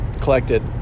collected